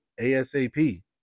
ASAP